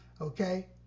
okay